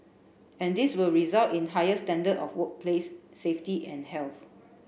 and this will result in a higher standard of workplace safety and health